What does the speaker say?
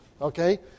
Okay